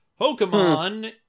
Pokemon